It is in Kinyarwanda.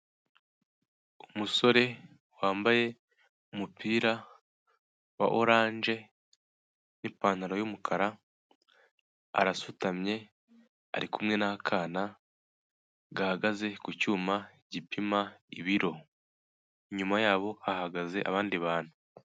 Umusore wambaye umupira wa oranje n'ipantaro y'umukara, arasutamye ari kumwe na kana, gahagaze ku cyuma gipima ibiro, inyuma yabo hahagaze abandi bantu.